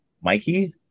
Mikey